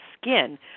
skin